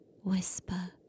whisper